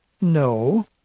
no